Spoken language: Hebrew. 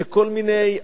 שכל מיני,